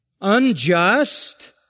Unjust